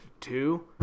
two